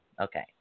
Okay